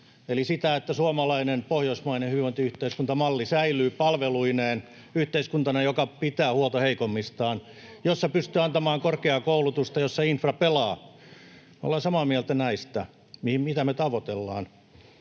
eli sitä, että suomalainen, pohjoismainen hyvinvointiyhteiskuntamalli säilyy palveluineen yhteiskuntana, joka pitää huolta heikoimmistaan ja jossa pystytään antamaan korkeakoulutusta ja jossa infra pelaa. Me ollaan samaa mieltä näistä, mitä me tavoitellaan.